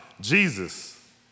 Jesus